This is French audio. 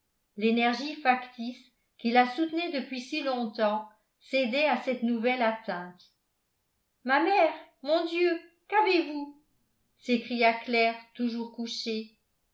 l'énergie factice qui la soutenait depuis si longtemps cédait à cette nouvelle atteinte ma mère mon dieu qu'avez-vous s'écria claire toujours couchée